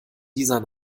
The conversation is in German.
dieser